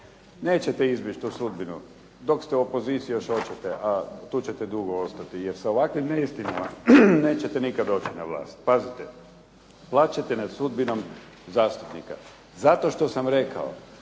Nećete izbjeći tu sudbinu. Dok ste u opoziciji još hoćete a tu ćete dugo ostati, jer sa ovakvim neistinama nećete nikada doći na vlast. Pazite, plačete nad sudbinom zastupnika zato što sam rekao